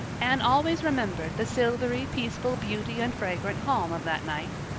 anne always remembered the silvery, peaceful beauty and fragrant calm of that night.